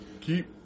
Keep